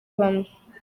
bamwe